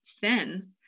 thin